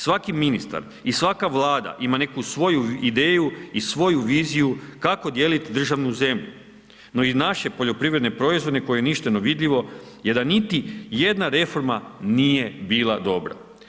Svaki ministar i svaka vlada ima neku svoju ideju i svoju viziju kako dijeliti državnu zemlju no i naše poljoprivredne proizvode koji ništa no vidljivo je da niti jedna reforma nije bila dobra.